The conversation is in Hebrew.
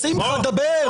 שמחה, דבר.